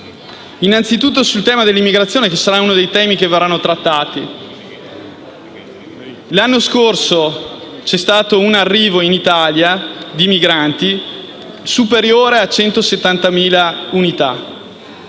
innanzitutto al tema dell'immigrazione, che sarà uno dei temi che verranno trattati. L'anno scorso c'è stato un arrivo di migranti in Italia superiore a 170.000 unità.